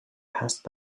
passed